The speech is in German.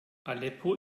aleppo